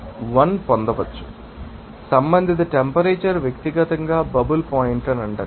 కాబట్టి సంబంధిత టెంపరేచర్ వ్యక్తిగతంగా బబుల్ పాయింట్ అంటారు